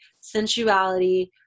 sensuality